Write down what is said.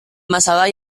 masalah